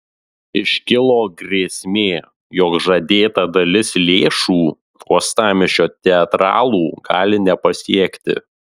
iškilo grėsmė jog žadėta dalis lėšų uostamiesčio teatralų gali nepasiekti